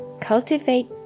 cultivate